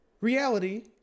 reality